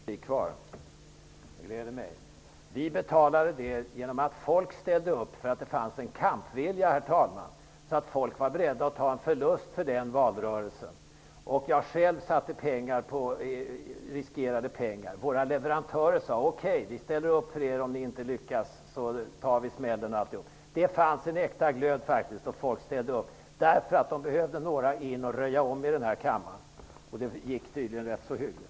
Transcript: Herr talman! Vi betalade genom att folk ställde upp. Det fanns en kampvilja. Folk var beredda att ta en ekonomisk förlust för den valrörelsen. Jag själv riskerade pengar. Våra leverantörer sade: Okej, vi ställer upp för er även om ni inte lyckas. I så fall tar vi smällen. Det fanns faktiskt en äkta glöd. Folk ställde upp därför att de behövde några som kom in för att röja om i den här kammaren, vilket tydligen gick ganska hyggligt.